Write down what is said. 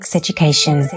education